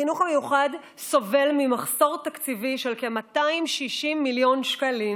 החינוך המיוחד סובל ממחסור תקציבי של כ-260 מיליון שקלים,